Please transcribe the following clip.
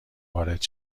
وارد